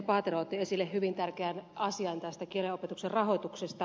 paatero otti esille hyvin tärkeän asian tästä kielenopetuksen rahoituksesta